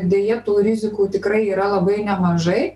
deja tų rizikų tikrai yra labai nemažai